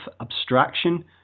abstraction